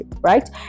right